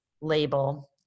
label